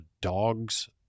dog's